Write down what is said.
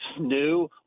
new